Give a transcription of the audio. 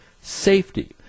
safety